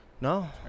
No